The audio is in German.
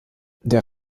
der